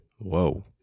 Whoa